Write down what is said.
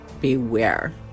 beware